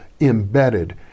embedded